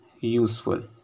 useful